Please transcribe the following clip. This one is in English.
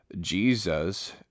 Jesus